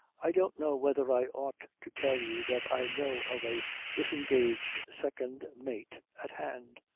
i don't know whether i ought to tell you that i know of a disengaged second mate at hand.